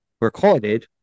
recorded